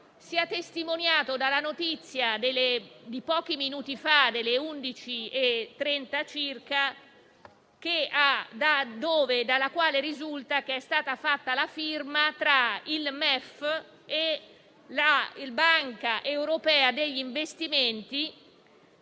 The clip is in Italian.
è testimoniata dalla notizia di pochi minuti fa, delle ore 11,30 circa, dalla quale risulta che è stata posta la firma, da parte del MEF e della Banca europea degli investimenti,